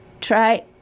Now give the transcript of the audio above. try